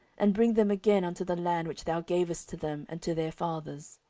and bring them again unto the land which thou gavest to them and to their fathers.